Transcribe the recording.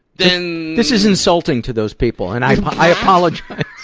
then. this is insulting to those people, and i apologize.